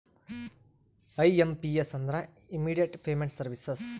IMPS ಅಂದ್ರ immediate payment services